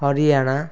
Haryana